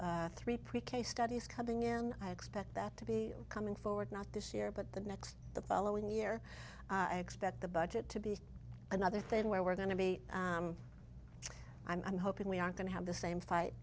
have three pre k studies coming in i expect that to be coming forward not this year but the next the following year i expect the budget to be another thing where we're going to be i'm hoping we are going to have the same